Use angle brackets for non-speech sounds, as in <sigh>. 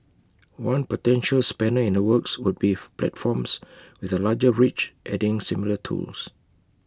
one potential spanner in the works would be <hesitation> platforms with A larger reach adding similar tools